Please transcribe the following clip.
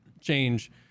change